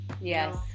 Yes